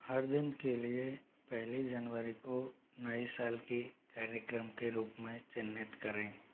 हर दिन के लिए पहली जनवरी को नए साल की कार्यक्रम के रूप में चिह्नित करें